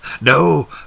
No